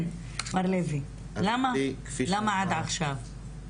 כן מר לוי, למה עד עכשיו?